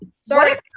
Sorry